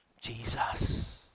Jesus